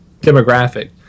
demographic